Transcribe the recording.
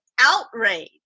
outrage